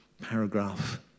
paragraph